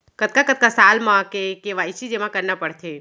कतका कतका साल म के के.वाई.सी जेमा करना पड़थे?